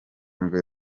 nibwo